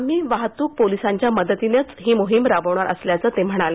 आम्ही वाहत्रक पोलिसांच्या मदतीनंच ही मोहीम राबवणार असल्याचं ते म्हणाले